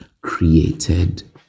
created